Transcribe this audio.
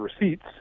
receipts